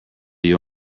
you